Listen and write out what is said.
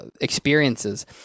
experiences